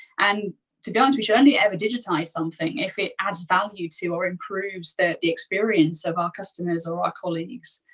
and to be honest, we should only ever digitize something if it adds value to or improves the the experience of our customers or our ah colleagues.